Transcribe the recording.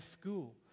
school